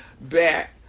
back